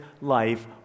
life